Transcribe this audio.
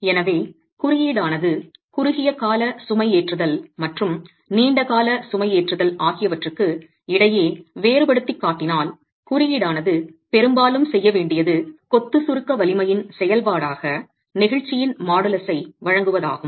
எனவே குறியீடானது குறுகிய கால சுமைஏற்றுதல் மற்றும் நீண்ட கால சுமைஏற்றுதல் ஆகியவற்றுக்கு இடையே வேறுபடுத்திக் காட்டினால் குறியீடானது பெரும்பாலும் செய்ய வேண்டியது கொத்து சுருக்க வலிமையின் செயல்பாடாக நெகிழ்ச்சியின் மாடுலஸை வழங்குவதாகும்